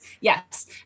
Yes